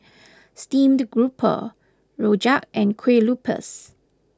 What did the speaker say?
Steamed Grouper Rojak and Kuih Lopes